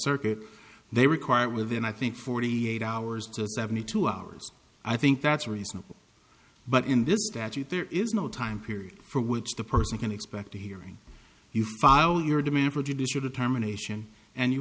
circuit they required within i think forty eight hours to seventy two hours i think that's reasonable but in this statute there is no time period for which the person can expect a hearing you file your demand produce your determination and you